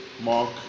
Mark